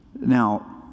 now